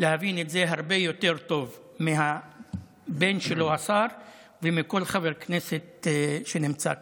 להבין את זה הרבה יותר טוב מהבן שלו השר ומכל חבר כנסת שנמצא כאן.